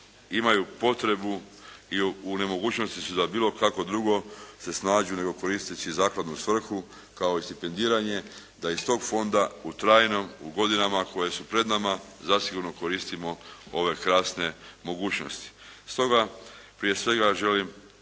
imaju potrebu i u nemogućnosti da bilo kako drugo se snađu nego koristeći zakladnu svrhu kao i stipendiranje da iz tog fonda u trajnom, u godinama koje su pred nama zasigurno koristimo ove krasne mogućnosti. Stoga prije svega želim